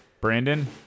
Brandon